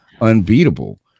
unbeatable